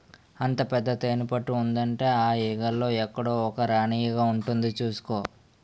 అంత పెద్ద తేనెపట్టు ఉందంటే ఆ ఈగల్లో ఎక్కడో ఒక రాణీ ఈగ ఉంటుంది చూసుకో